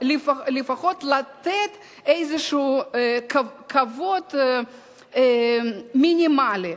לפחות איזשהו כבוד מינימלי.